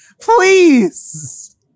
please